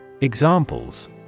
Examples